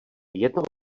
jedno